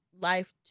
life